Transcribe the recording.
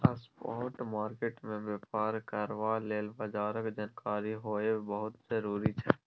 spot market मे बेपार करबा लेल बजारक जानकारी होएब बहुत जरूरी छै